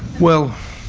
well,